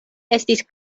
estis